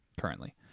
currently